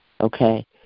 okay